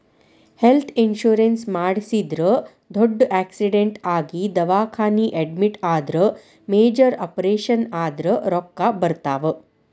health insurance ಮಾಡಿಸಿದ್ರ ದೊಡ್ಡ್ accident ಆಗಿ ದವಾಖಾನಿ ಅಡ್ಮಿಟ್ ಆದ್ರ ಮೇಜರ್ ಆಪರೇಷನ್ ಆದ್ರ ರೊಕ್ಕಾ ಬರ್ತಾವ